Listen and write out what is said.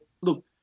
look